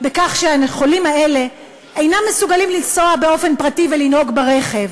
שהחולים האלה אינם מסוגלים לנסוע באופן פרטי ולנהוג ברכב,